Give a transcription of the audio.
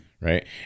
right